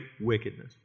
wickedness